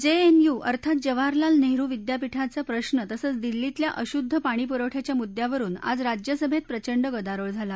JNU अर्थात जवाहरलाल नेहरु विद्यापीठाचं प्रश्र तसंच दिल्लीतल्या अशुद्ध पाणीपुरवठ्याच्या मुद्यावरुन आज राज्यसभेत प्रचंड गदारोळ झाला